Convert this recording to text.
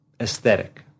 aesthetic